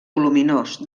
voluminós